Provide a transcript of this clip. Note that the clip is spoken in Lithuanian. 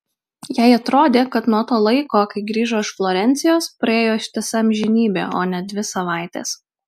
jai atrodė kad nuo to laiko kai grįžo iš florencijos praėjo ištisa amžinybė o ne dvi savaitės